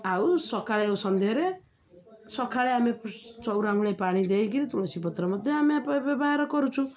ଆଉ ସକାଳେ ସନ୍ଧ୍ୟାରେ ସକାଳେ ଆମେ ସ୍ ଚଉରା ମୂଳେ ପାଣି ଦେଇକିରି ତୁଳସୀ ପତ୍ର ମଧ୍ୟ ଆମେ ବ୍ୟବହାର କରୁଛୁ